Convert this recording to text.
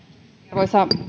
arvoisa